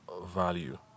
value